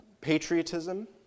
Patriotism